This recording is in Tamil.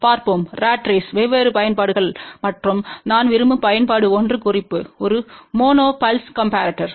பார்ப்போம் ராட் ரேஸ்த்தின் வெவ்வேறு பயன்பாடுகள் மற்றும் நான் விரும்பும் பயன்பாடு ஒன்று குறிப்பு ஒரு மோனோ புல்ஸ் காம்பரதோர்